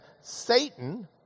Satan